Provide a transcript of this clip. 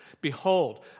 Behold